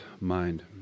mind